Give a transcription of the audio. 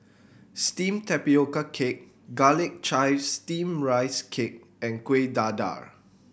steamed tapioca cake Garlic Chives Steamed Rice Cake and Kuih Dadar